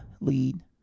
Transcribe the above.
lead